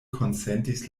konsentis